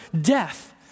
death